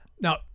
Now